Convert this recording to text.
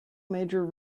major